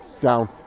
Down